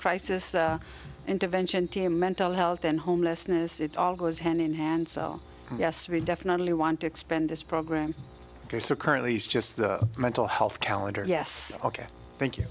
crisis intervention team mental health and homelessness it all goes hand in hand so yes we definitely want to expend this program ok so currently is just the mental health calendar yes ok thank you